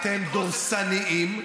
אתם דורסניים.